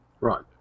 Right